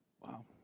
wow